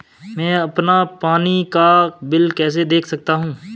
मैं अपना पानी का बिल कैसे देख सकता हूँ?